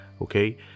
Okay